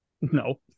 No